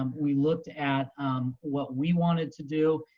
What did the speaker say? um we looked at what we wanted to do.